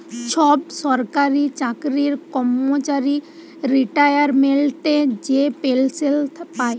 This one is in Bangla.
ছব সরকারি চাকরির কম্মচারি রিটায়ারমেল্টে যে পেলসল পায়